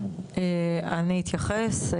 אני אתייחס.